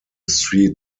street